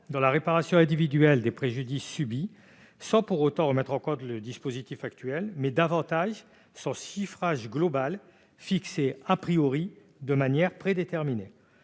dans la réparation individuelle des préjudices subis, sans pour autant remettre en cause le dispositif actuel, mais davantage son chiffrage global, fixé de manière prédéterminée.